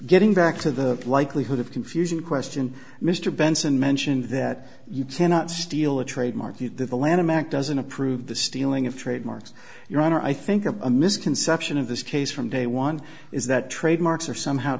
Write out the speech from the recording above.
getting back to the likelihood of confusing question mr benson mentioned that you cannot steal a trademark the the lanham act doesn't approve the stealing of trademarks your honor i think of a misconception of this case from day one is that trademarks are somehow